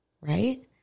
right